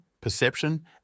perception